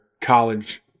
college